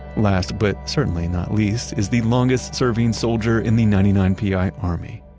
last but certainly not least is the longest-serving soldier in the ninety nine pi army,